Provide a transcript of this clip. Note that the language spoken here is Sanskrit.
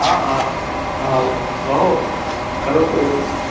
हा हा नाभवत् बहु करोतु एतत्